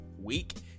week